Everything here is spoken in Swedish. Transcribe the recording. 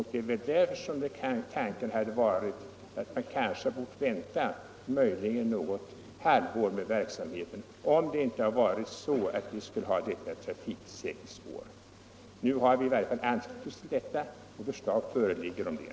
Därför borde man möjligen ha väntat något halvår med den här verksamheten, om det inte hade varit så att vi skall ha ett trafiksäkerhetsår. Nu har vi emellertid anslutit oss till förslaget om rutinkontroller.